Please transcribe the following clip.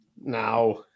now